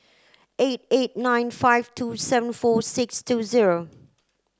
eight eight nine five two seven four six two zero